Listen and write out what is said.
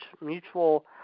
mutual